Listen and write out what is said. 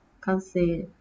can't say